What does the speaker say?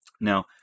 now